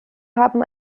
haben